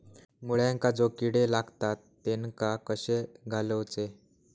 मुळ्यांका जो किडे लागतात तेनका कशे घालवचे?